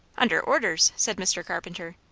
under orders! said mr. carpenter.